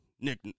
Nick